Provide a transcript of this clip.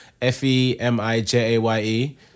F-E-M-I-J-A-Y-E